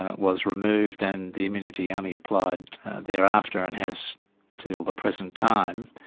ah was removed and the immunity only applied thereafter, and has till the present time,